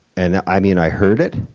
and i mean, i heard it.